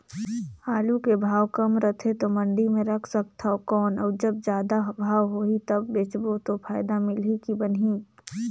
आलू के भाव कम रथे तो मंडी मे रख सकथव कौन अउ जब जादा भाव होही तब बेचबो तो फायदा मिलही की बनही?